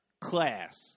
class